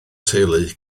teulu